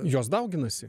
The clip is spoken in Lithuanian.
jos dauginasi